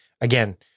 again